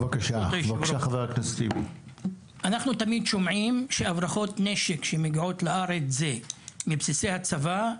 אנחנו תמיד שומעים שהברחות נשק שמגיעות לארץ זה מבסיסי הצבא,